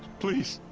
please!